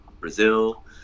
Brazil